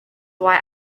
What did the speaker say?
why